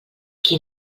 qui